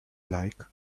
like